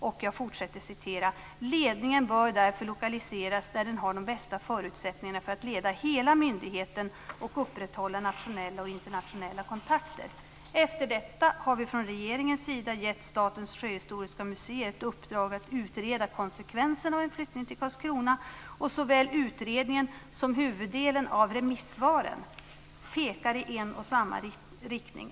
Man skriver att ledningen därför bör lokaliseras där den har de bästa förutsättningarna för att leda hela myndigheten och upprätthålla nationella och internationella kontakter. Efter detta har vi från regeringens sida gett Statens sjöhistoriska museer ett uppdrag att utreda konsekvenserna av en flyttning till Karlskrona. Såväl utredningen som huvuddelen av remissvaren pekar i en och samma riktning.